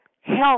health